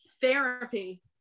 therapy